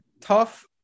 Tough